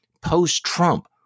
post-Trump